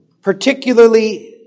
particularly